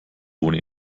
ohne